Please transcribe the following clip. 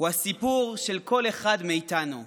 הוא הסיפור של כל אחד מאיתנו.